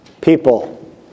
People